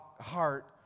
heart